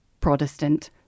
Protestant